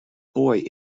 boy